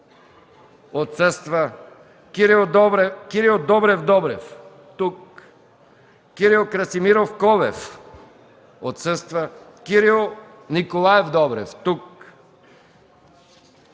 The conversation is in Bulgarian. отсъства Кирил Добрев Добрев - тук Кирил Красимиров Колев - отсъства Кирил Николаев Добрев - тук